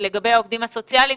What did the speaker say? העובדים הסוציאליים,